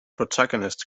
protagonist